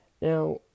Now